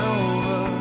over